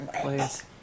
Please